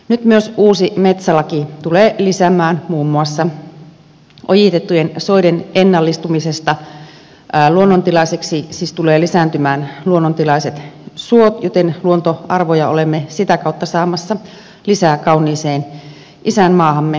nyt myös uusi metsälaki tulee lisäämään muun muassa ojitettujen soiden ennallistumista luonnontilaiseksi siis tulevat lisääntymään luonnontilaiset suot joten luontoarvoja olemme sitä kautta saamassa lisää kauniiseen isänmaahamme